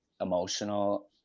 emotional